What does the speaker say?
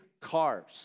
cars